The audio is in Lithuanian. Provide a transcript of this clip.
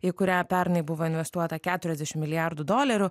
į kurią pernai buvo investuota keturiasdešim milijardų dolerių